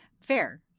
Fair